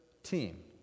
team